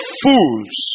fools